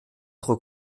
trop